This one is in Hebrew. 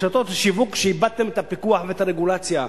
רשתות השיווק, איבדתם את הפיקוח ואת הרגולציה.